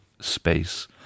space